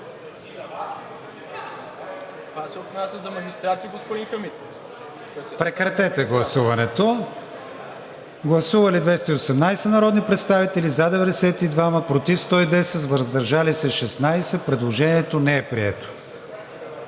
режим на гласуване. Гласували 222 народни представители: за 95, против 108, въздържали се 19. Предложението не е прието.